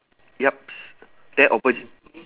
yup s~ there opposite